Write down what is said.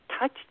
touch